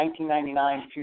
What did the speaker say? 1999